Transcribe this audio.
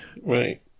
Right